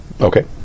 Okay